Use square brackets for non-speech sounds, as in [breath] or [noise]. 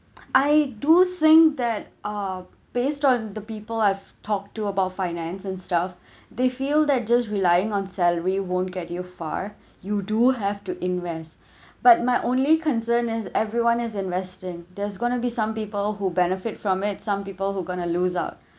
[noise] I do think that uh based on the people I've talked to about finance and stuff [breath] they feel that just relying on salary won't get you far [breath] you do have to invest [breath] but my only concern is everyone is investing there's going to be some people who benefit from it some people who going to lose out [breath]